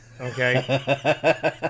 okay